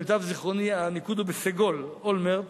למיטב זיכרוני הניקוד הוא בסגול, אולמֶרט.